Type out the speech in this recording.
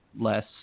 less